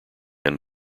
end